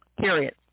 period